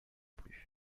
plus